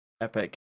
Epic